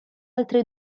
altre